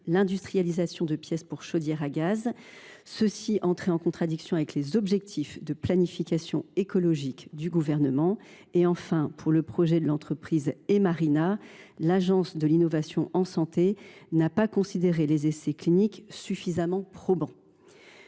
l’industrialisation de pièces pour chaudières à gaz, il entrait en contradiction avec les objectifs de planification écologique du Gouvernement. Enfin, pour le projet de l’entreprise Hemarina, l’Agence de l’innovation en santé (AIS) n’a pas considéré les essais cliniques suffisamment probants.